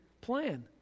plan